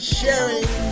sharing